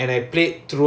okay